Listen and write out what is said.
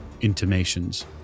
intimations